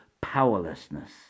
powerlessness